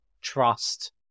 trust